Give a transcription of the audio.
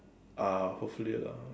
ah hopefully lor